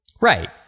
Right